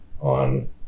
on